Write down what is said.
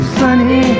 sunny